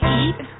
eat